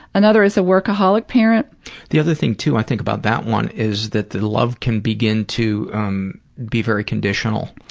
another is a workaholic parent paul the other thing, too, i think about that one is that the love can begin to um be very conditional